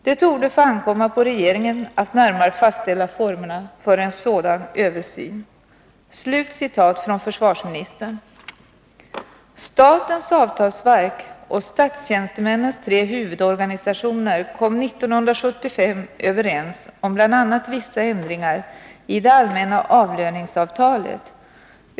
Det torde få ankomma på regeringen att närmare fastställa formerna för en sådan översyn.” Statens avtalsverk och statstjänstemännens tre huvudorganisationer kom 1975 överens om bl.a. vissa ändringar i det allmänna avlöningsavtalet.